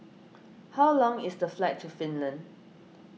how long is the flight to Finland